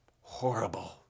horrible